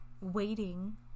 waiting